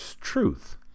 truth